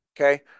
Okay